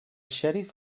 xèrif